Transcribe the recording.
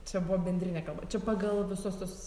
čia buvo bendrinė kalba čia pagal visus tus